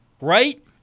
right